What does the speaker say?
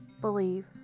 Believe